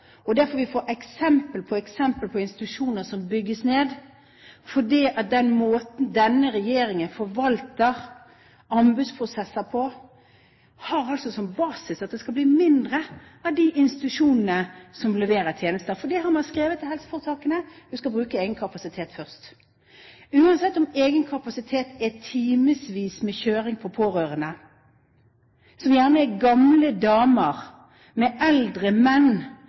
og det er derfor vi får eksempel på eksempel på institusjoner som bygges ned. For den måten denne regjeringen forvalter anbudsprosesser på, har som basis at det skal bli færre av de institusjonene som leverer tjenester, for man har skrevet til helseforetakene at de skal bruke egen kapasitet først, uansett om egen kapasitet betyr timevis av kjøring for pårørende, som gjerne er gamle damer med eldre menn